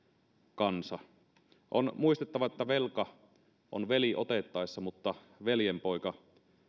kansa on muistettava että velka on veli otettaessa mutta veljenpoika